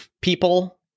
people